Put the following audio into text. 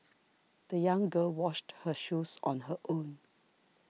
the young girl washed her shoes on her own